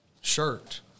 shirt